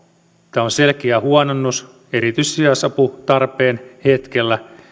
tämä on selkeä huononnus erityisesti sijaisaputarpeen hetkellä